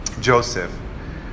Joseph